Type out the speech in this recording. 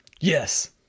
Yes